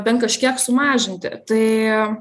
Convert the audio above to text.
bent kažkiek sumažinti tai